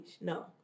no